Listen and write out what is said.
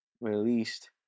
released